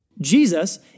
Jesus